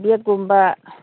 ꯕꯦꯛꯀꯨꯝꯕ